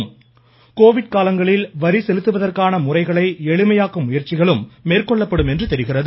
மேலும் இதன்மூலம் கோவிட் காலங்களில் வரிசெலுத்துவந்கான முறைகளை எளிமையாக்கும் முயற்சிகளும் மேற்கொள்ளப்படும் என தெரிகிறது